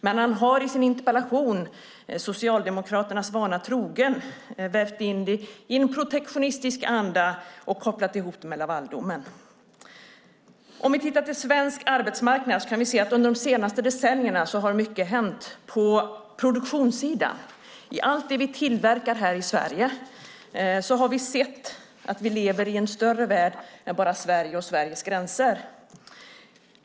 Men han har i sin interpellation Socialdemokraternas vana trogen vävt in det hela i en protektionistisk anda och kopplat ihop det med Lavaldomen. Om vi tittar på svensk arbetsmarknad kan vi se att det under de senaste två decennierna har hänt mycket på produktionssidan. I allt det vi tillverkar här i Sverige har vi sett att vi lever i en större värld än bara Sverige och Sveriges gränser.